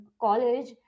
college